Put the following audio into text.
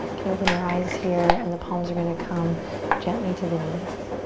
can open your eyes here, and the palms are gonna come gently to the knees.